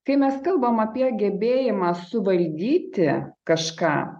kai mes kalbam apie gebėjimą suvaldyti kažką